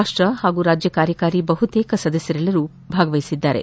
ರಾಷ್ಷ ಹಾಗೂ ರಾಜ್ಯ ಕಾರ್ಯಕಾರಿ ಬಹುತೇಕ ಸದಸ್ಯರೆಲ್ಲರೂ ಭಾಗವಹಿಸಿದ್ದಾರೆ